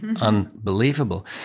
unbelievable